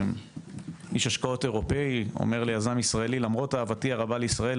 איש השקעות אירופאי אומר ליזם ישראלי: "למרות אהבתי הרבה לישראל,